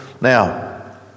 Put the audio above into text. Now